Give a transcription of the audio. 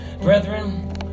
Brethren